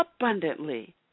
abundantly